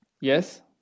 Yes